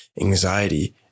anxiety